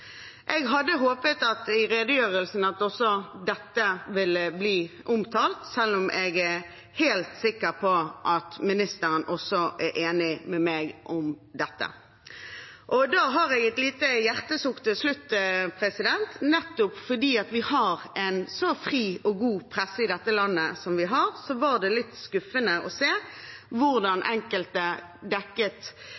Jeg hadde håpet at også dette ville bli omtalt i redegjørelsen – jeg er helt sikker på at ministeren er enig med meg i dette. Og da har jeg et lite hjertesukk til slutt: Nettopp fordi vi har en så fri og god presse i dette landet som vi har, var det litt skuffende å se hvordan